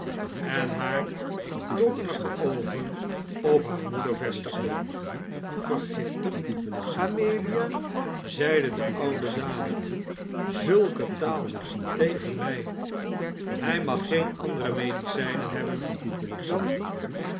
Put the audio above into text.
en haar toornige oogen op haar moeder vestigde vergiftigd amelia zeide de oude dame zulke taal tegen mij hij mag geen andere medicijnen hebben dan die